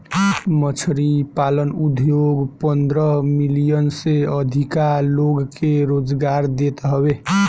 मछरी पालन उद्योग पन्द्रह मिलियन से अधिका लोग के रोजगार देत हवे